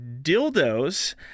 dildos